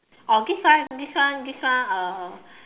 oh this one this one this one uh